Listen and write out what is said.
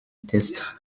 tests